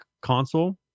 console